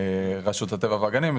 רשות הטבע והגנים ועוד,